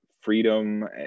Freedom